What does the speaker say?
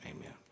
amen